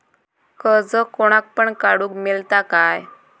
कर्ज कोणाक पण काडूक मेलता काय?